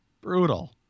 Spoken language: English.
Brutal